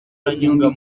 igihumbi